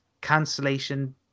cancellation